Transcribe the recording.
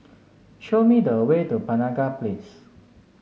show me the way to Penaga Place